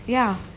ya